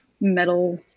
metal